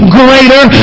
greater